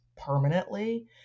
permanently